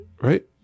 right